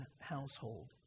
household